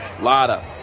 Lada